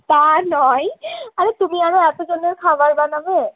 তা নয় আরে তুমি আর এতজনের খাবার বানাবে